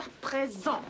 présent